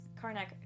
Karnak